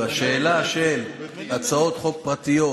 והשאלה של הצעות חוק פרטיות,